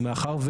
מאחר,